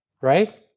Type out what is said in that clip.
right